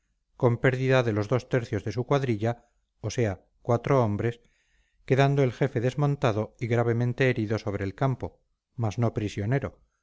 con pérdida de los dos tercios de su cuadrilla o sea cuatro hombres quedando el jefe desmontado y gravemente herido sobre el campo mas no prisionero